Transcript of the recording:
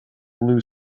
blue